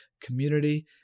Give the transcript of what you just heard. community